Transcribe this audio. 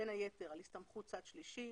בין היתר על הסתמכות צד שלישי,